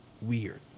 weird